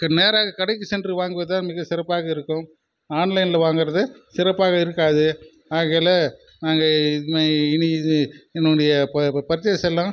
க நேராக கடைக்கு சென்று வாங்குவது தான் மிக சிறப்பாக இருக்கும் ஆன்லைனில் வாங்கறது சிறப்பாக இருக்காது ஆகையில் நாங்கள் இனி இனி இது இதனுடைய பர்சேஸ் எல்லான்